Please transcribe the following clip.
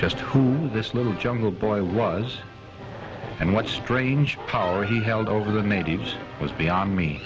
just who this little jungle boy was and what strange power he held over the natives was beyond me